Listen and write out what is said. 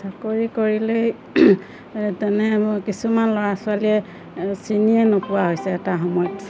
চাকৰি কৰিলেই তেনে কিছুমান ল'ৰা ছোৱালীয়ে চিনিয়ে নোপোৱা হৈছে এটা সময়ত